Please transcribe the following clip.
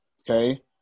Okay